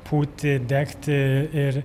pūti degti ir